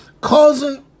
causing